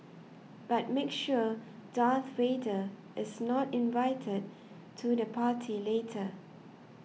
but make sure Darth Vader is not invited to the party later